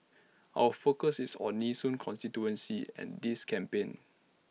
our focus is on Nee soon constituency and this campaign